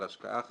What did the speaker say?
בסדר.